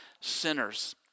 sinners